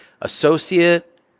associate